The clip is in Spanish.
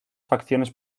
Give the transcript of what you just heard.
fracciones